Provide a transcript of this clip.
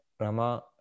Rama